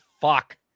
Fuck